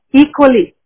equally